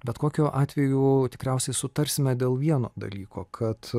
bet kokiu atveju tikriausiai sutarsime dėl vieno dalyko kad